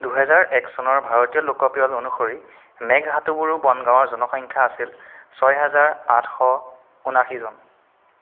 দুহেজাৰ এক চনৰ ভাৰতীয় লোকপিয়ল অনুসৰি মেঘহাটুবুৰু বন গাঁৱৰ জনসংখ্যা আছিল ছয় হাজাৰ আঠশ ঊনাশীজন